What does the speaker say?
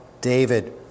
David